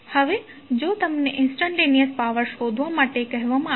હવે જો તમને ઇંસ્ટંટેનીઅસ પાવર શોધવા માટે કહેવામાં આવે